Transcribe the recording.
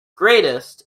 greatest